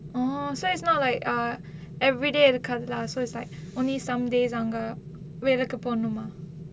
oh so it's not like uh everyday இருக்காது:irukkaathu lah so it's like only some days அவங்க வேலைக்கு போணுமா:avanga velaikku ponumaa